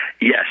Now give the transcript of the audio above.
Yes